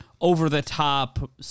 over-the-top